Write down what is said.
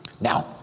Now